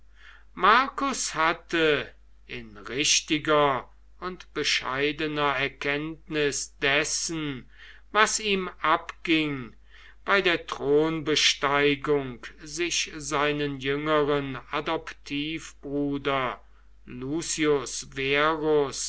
marcus hatte in richtiger und bescheidener erkenntnis dessen was ihm abging bei der thronbesteigung sich seinen jüngeren adoptivbruder